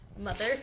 mother